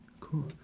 Cool